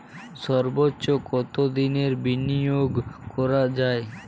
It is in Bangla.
সর্বোচ্চ কতোদিনের বিনিয়োগ করা যায়?